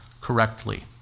correctly